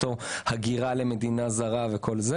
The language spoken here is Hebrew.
הגירה למדינה זרה וכל זה.